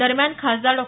दरम्यान खासदार डॉ